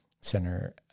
center